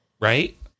right